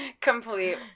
Complete